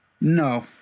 No